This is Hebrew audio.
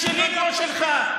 היא שלי כמו שלך,